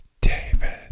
David